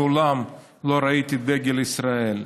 מעולם לא ראיתי דגל ישראל?